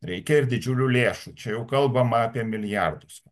reikia ir didžiulių lėšų čia jau kalbama apie milijardus